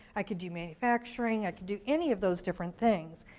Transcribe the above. i could do manufacturing, i could do any of those different things.